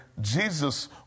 Jesus